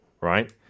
Right